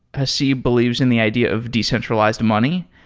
haseeb believes in the idea of decentralized money,